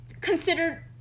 considered